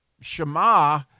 Shema